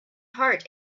heart